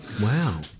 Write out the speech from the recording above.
Wow